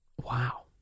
Wow